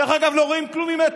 דרך אגב, לא רואים כלום ממטר.